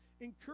Encourage